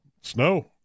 Snow